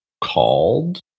called